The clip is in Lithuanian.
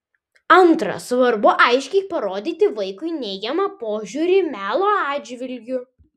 antra svarbu aiškiai parodyti vaikui neigiamą požiūrį melo atžvilgiu